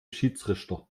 schiedsrichter